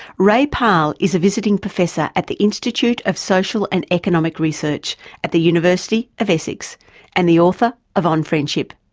ray pahl is a visiting professor at the institute of social and economic research at the university of essex and the author of on friendship.